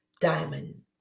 diamond